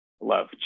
Love